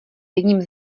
jedním